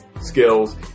skills